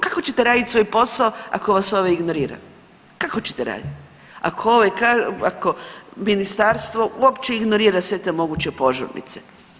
Kako ćete raditi svoj posao ako vas ovaj ignorira, kako ćete radit ako ministarstvo uopće ignorira sve te moguće požurnice?